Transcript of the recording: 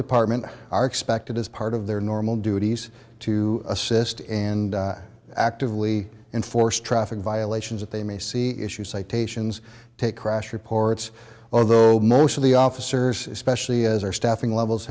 department are expected as part of their normal duties to assist and actively enforce traffic violations that they may see issue citations take crash reports or though most of the officers especially as our staffing levels